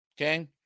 okay